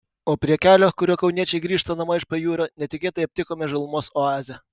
o prie kelio kuriuo kauniečiai grįžta namo iš pajūrio netikėtai aptikome žalumos oazę